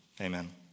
amen